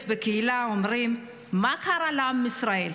בקהילה אומרים: מה קרה לעם ישראל?